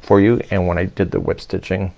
for you and when i did the whip stitching